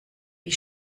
wie